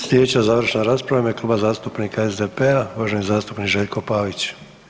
Sljedeća završna rasprava je Kluba zastupnika SDP-a uvaženi zastupnik Željko Pavić.